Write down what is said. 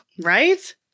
Right